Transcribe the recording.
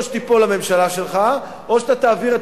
או שתיפול הממשלה שלך או שאתה תעביר את